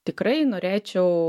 tikrai norėčiau